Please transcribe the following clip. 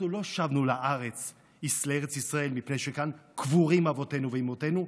אנחנו לא שבנו לארץ ישראל מפני שכאן קבורים אבותינו ואימותינו,